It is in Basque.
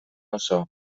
oso